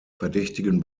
verdächtigen